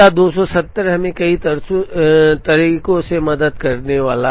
अब यह 270 हमें कई तरह से मदद करने वाला है